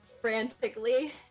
frantically